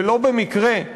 ולא במקרה,